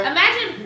Imagine